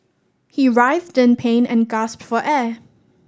he writhed in pain and gasped for air